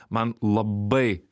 man labai